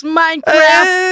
minecraft